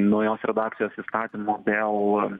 naujos redakcijos įstatymo dėl